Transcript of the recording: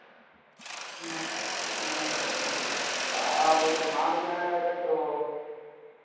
आप वहाँ पे जाना चाहते हैं तो